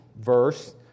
verse